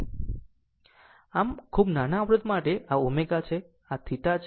આમ ખૂબ નાના અવરોધ માટે આ ω છે અને આ θ છે